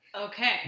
Okay